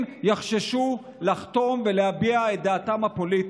יחששו לחתום ולהביע את דעתם הפוליטית.